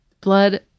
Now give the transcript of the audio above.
blood